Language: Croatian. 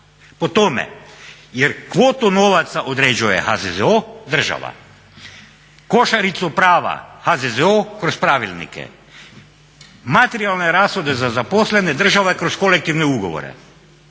po tome jer kvotu novaca određuje HZZO, država. Košaricu prava HZZO kroz pravilnike, materijalne rashode za zaposlene …/Govornik se ne